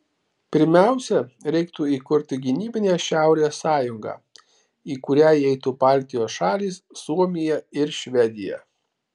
pirmiausia reiktų įkurti gynybinę šiaurės sąjungą į kurią įeitų baltijos šalys suomija ir švedija